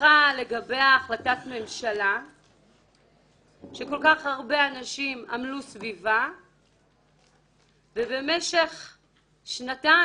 שנלקחה לגביה החלטת ממשלה שכל כך הרבה אנשים עמלו סביבה ובמשך שנתיים,